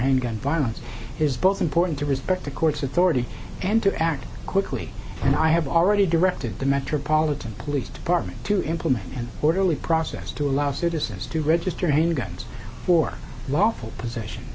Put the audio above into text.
handgun violence is both important to respect the court's authority and to act quickly and i have already directed the metropolitan police department to implement an orderly process to allow citizens to register handguns for lawful possession